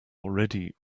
already